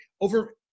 over